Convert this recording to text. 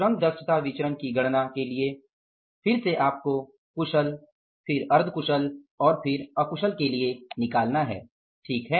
श्रम दक्षता विचरण की गणना के लिए फिर से आपको कुशल फिर अर्ध कुशल और फिर अकुशल के लिए निकालना है ठीक है